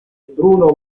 bruno